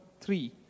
three